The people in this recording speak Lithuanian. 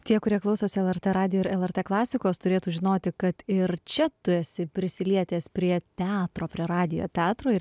tie kurie klausosi lrt radijo ir lrt klasikos turėtų žinoti kad ir čia tu esi prisilietęs prie teatro prie radijo teatro ir